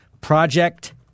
Project